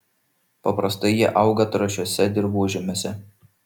paprastai jie auga trąšiuose dirvožemiuose